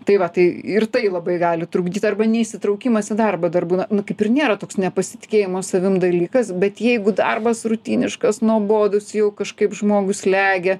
tai va tai ir tai labai gali trukdyt arba neįsitraukimas į darbą dar būna na kaip ir nėra toks nepasitikėjimo savim dalykas bet jeigu darbas rutiniškas nuobodus jau kažkaip žmogų slegia